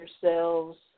yourselves